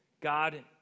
God